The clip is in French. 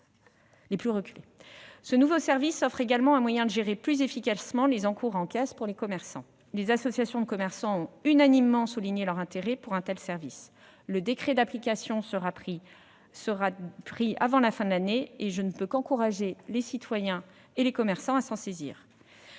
Ce nouveau service offre également aux commerçants un moyen de gérer plus efficacement les encours en caisse. Les associations de commerçants ont unanimement souligné leur intérêt pour un tel service. Le décret d'application sera pris avant la fin de l'année, et je ne peux qu'encourager les citoyens et les commerçants à s'en saisir.